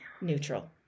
Neutral